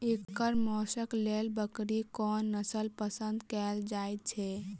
एकर मौशक लेल बकरीक कोन नसल पसंद कैल जाइ छै?